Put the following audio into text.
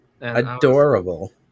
Adorable